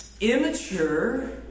immature